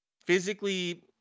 physically